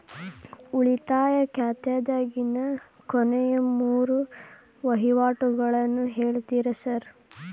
ಉಳಿತಾಯ ಖಾತ್ಯಾಗಿನ ಕೊನೆಯ ಮೂರು ವಹಿವಾಟುಗಳನ್ನ ಹೇಳ್ತೇರ ಸಾರ್?